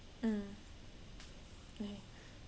mm okay